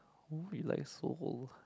holy like so old